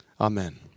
Amen